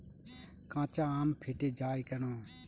কাঁচা আম ফেটে য়ায় কেন?